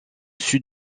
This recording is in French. sud